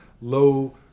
low